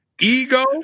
Ego